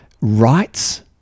rights